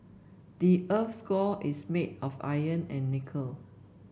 the earth's core is made of iron and nickel